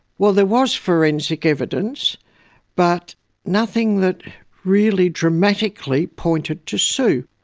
well, there was forensic evidence but nothing that really dramatically pointed to sue.